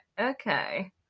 Okay